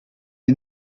les